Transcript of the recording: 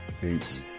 Peace